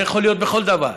זה יכול להיות בכל דבר,